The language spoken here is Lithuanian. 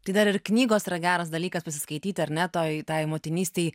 tai dar ir knygos yra geras dalykas pasiskaityti ar ne toj tai motinystei